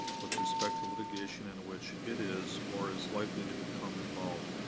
with respect to litigation in which it is, or is likely to become involved.